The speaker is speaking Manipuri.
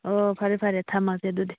ꯑꯣ ꯐꯔꯦ ꯐꯔꯦ ꯊꯝꯃꯁꯦ ꯑꯗꯨꯗꯤ